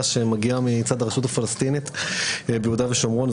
שמגיעה מצד הרשות הפלסטינית ביהודה ושומרון.